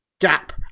gap